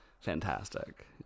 Fantastic